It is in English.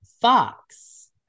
fox